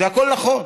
זה הכול נכון,